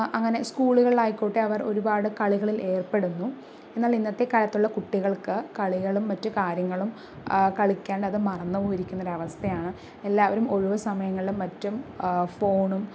അങ്ങനെ സ്കൂളുകളില് ആയിക്കോട്ടെ അവര് ഒരുപാട് കളികളില് ഏര്പ്പെടുന്നു എന്നാല് ഇന്നത്തെ കാലത്തുള്ള കുട്ടികള്ക്ക് കളികളും മറ്റു കാര്യങ്ങളും കളിക്കേണ്ടത് മറന്നു പോയിരിക്കുന്ന ഒരവസ്ഥയാണ് എല്ലാവരും ഒഴിവു സമയങ്ങളിലും മറ്റും ഫോണും